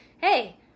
hey